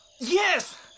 Yes